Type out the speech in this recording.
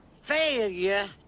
failure